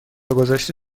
گذشته